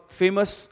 famous